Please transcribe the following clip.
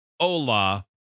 hola